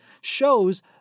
shows